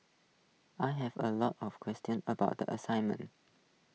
I have A lot of questions about the assignment